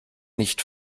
nicht